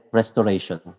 restoration